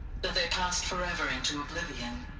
that they passed forever into oblivion.